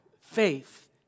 faith